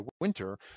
winter